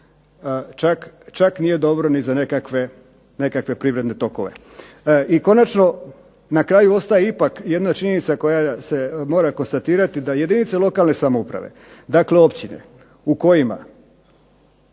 čak nije dobro ni za nekakve privredne tokove. I konačno na kraju ostaje ipak jedna činjenica koja se mora konstatirati, da jedinice lokalne samouprave, dakle općine u kojima